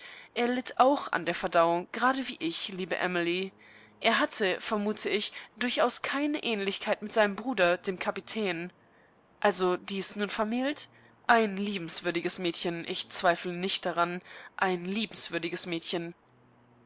er litt auch an der verdauung gerade wie ich liebe amely er hatte vermute ich durchauskeineähnlichkeitmitseinembruder demkapitän also dieistnunvermählt ein liebenswürdiges mädchen ich zweifle nicht daran ein liebenswürdiges mädchen